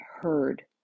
heard